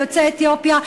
ליוצאי אתיופיה,